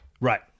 right